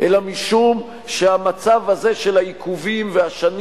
אלא משום שהמצב הזה של העיכובים והשנים